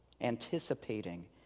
anticipating